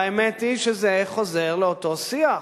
והאמת היא שזה חוזר לאותו שיח: